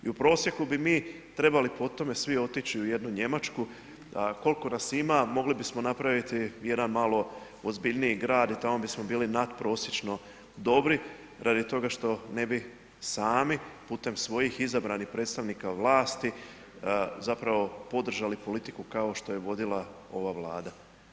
I u prosjeku bi mi trebali po tome svi otići u jednu Njemačku, a koliko nas ima mogli bismo napraviti jedan malo ozbiljniji grad i tamo bismo bili natprosječno dobri radi toga što ne bi sami putem svojih izabranih predstavnika vlasti zapravo podržali politiku kao što je vodila ova Vlada.